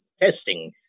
testing